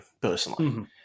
personally